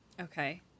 Okay